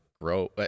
grow